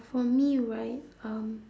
for me right um